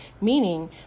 meaning